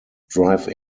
drive